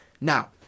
Now